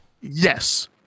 Yes